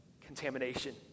contamination